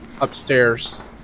upstairs